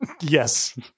Yes